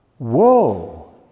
Woe